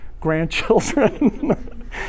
grandchildren